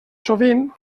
sovint